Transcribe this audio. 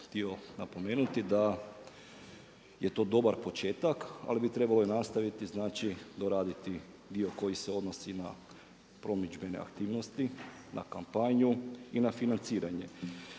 htio napomenuti da je to dobar početak ali bi trebalo i nastaviti, znači doraditi dio koji se odnosi na promidžbene aktivnosti, na kampanju i na financiranje.